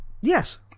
Yes